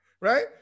right